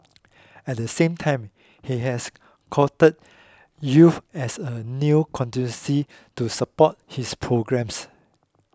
at the same time he has courted youth as a new constituency to support his programmes